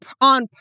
on